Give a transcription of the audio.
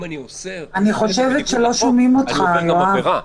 אם אני יוצא בניגוד לחוק,